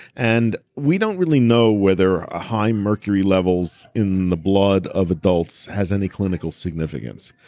and we don't really know whether a high mercury levels in the blood of adults has any clinical significance.